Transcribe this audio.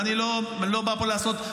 ואני לא בא פה לעשות,